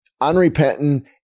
unrepentant